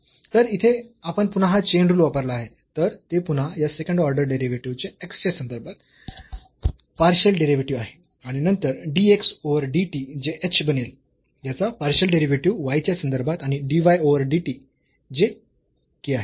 तर इथे आपण पुन्हा हा चेन रूल वापरला आहे तर ते पुन्हा या सेकंड ऑर्डर डेरिव्हेटिव्ह चे x च्या संदर्भात पार्शियल डेरिव्हेटिव्ह आहे आणि नंतर dx ओव्हर dt जे h बनेल याचा पार्शियल डेरिव्हेटिव्ह y च्या संदर्भात आणि dy ओव्हर dt जे k आहे